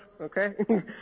okay